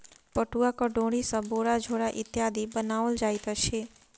पटुआक डोरी सॅ बोरा झोरा इत्यादि बनाओल जाइत अछि